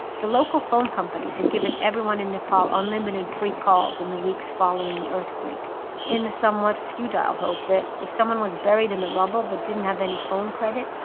the local phone companies had given everyone in nepal unlimited free calls in the weeks following the earthquake in the somewhat futile hope that if someone was buried in the rubble but didn't have any phone credit,